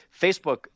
Facebook